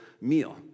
meal